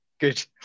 Good